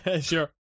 sure